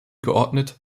geordnet